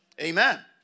Amen